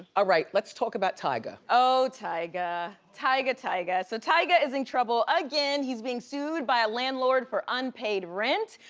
ah right, let's talk about tiger. oh, tiger, tiger, tiger. so tiger is in trouble again, he's being sued by a landlord for unpaid rent.